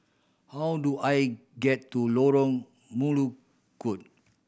how do I get to Lorong Melukut